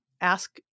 ask